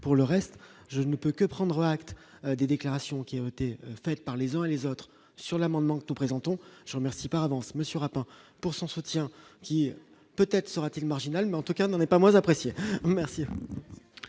pour le reste, je ne peux que prendre acte des déclarations qui ont été faites par les uns et les autres sur l'amendement que nous présentons, je remercie par avance, monsieur rapport pourcent se tient peut-être sera-t-il, marginale mais en tout cas, n'en est pas moins apprécié, merci.